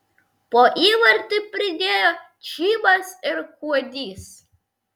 po įvartį pridėjo čybas ir kuodys